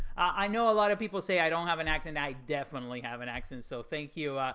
i know a lot of people say i don't have an accent, i definitely have an accent. so thank you,